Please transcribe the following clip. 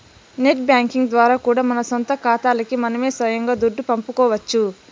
net banking ద్వారా కూడా మన సొంత కాతాలకి మనమే సొయంగా దుడ్డు పంపుకోవచ్చు